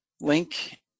link